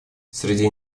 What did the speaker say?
среди